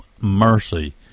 mercy